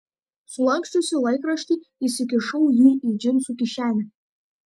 sulanksčiusi laikraštį įsikišau jį į džinsų kišenę